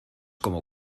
como